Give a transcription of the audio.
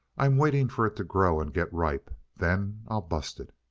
i'm waiting for it to grow and get ripe. then i'll bust it.